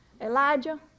elijah